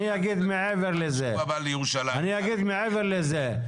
אני אגיד מעבר לזה.